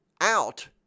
out